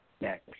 next